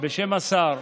בשם השר,